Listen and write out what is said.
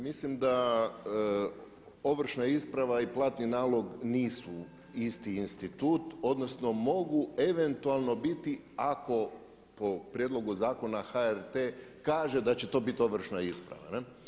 Mislim da ovršna isprava i platni nalog nisu isti institut, odnosno mogu eventualno biti ako po prijedlogu zakona HRT kaže da će to biti ovršna isprava.